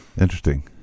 Interesting